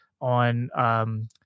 on